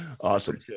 Awesome